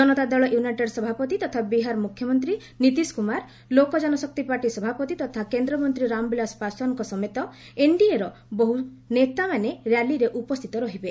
ଜନତା Dal United ସଭାପତି ତଥା ବିହାର ମୁଖ୍ୟମନ୍ତ୍ରୀ ନୀତିଶ କୁମାର ଲୋକ ଜନଶକ୍ତି ପାର୍ଟି ସଭାପତି ତଥା କେନ୍ଦ୍ରମନ୍ତ୍ରୀ ରାମବିଳାସ ପାଶ୍ୱାନ୍ଙ୍କ ସମେତ ଏନ୍ଡିଏର ସବୁ ନେତାମାନେ ର୍ୟାଲିରେ ଉପସ୍ଥିତ ରହିବେ